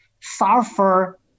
sulfur